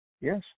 Yes